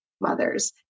mothers